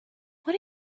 what